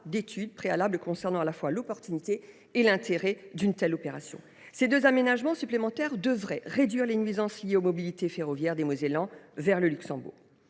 d’études préalables concernant à la fois l’opportunité et l’intérêt d’une telle opération. Ces deux aménagements supplémentaires devraient réduire les nuisances liées aux mobilités ferroviaires des Mosellans vers le Luxembourg.